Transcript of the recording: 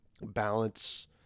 balance